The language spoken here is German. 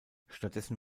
stattdessen